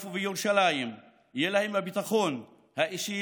יפו וירושלים יהיה הביטחון האישי